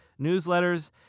newsletters